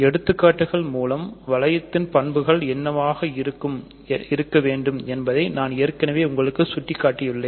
எடுத்துக்காட்டுகள் மூலம் வளையத்தின் பண்புகள் என்னவாக இருக்க வேண்டும் என்பதை நான் ஏற்கனவே உங்களுக்கு சுட்டிக்காட்டியுள்ளேன்